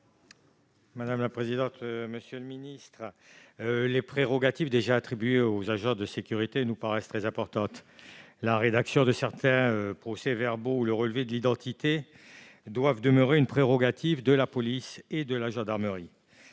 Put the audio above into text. l'amendement n° 144 rectifié. Les prérogatives déjà attribuées aux agents de sécurité privée nous paraissent très importantes. La rédaction de certains procès-verbaux ou le relevé de l'identité doivent demeurer une prérogative de la police et de la gendarmerie.